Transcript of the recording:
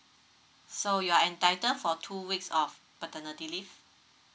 so you are entitled for two weeks of paternity leave